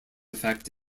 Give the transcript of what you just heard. effect